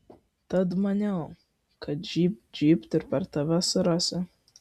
tad maniau kad žybt žybt ir per tave surasiu